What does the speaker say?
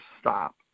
stop